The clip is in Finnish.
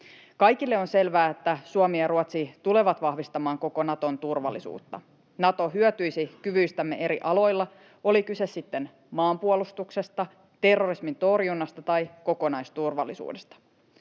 Kaikille on selvää, että Suomi ja Ruotsi tulevat vahvistamaan koko Naton turvallisuutta. Nato hyötyisi kyvyistämme eri aloilla, oli kyse sitten maanpuolustuksesta, terrorismin torjunnasta tai kokonaisturvallisuudesta.